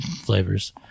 flavors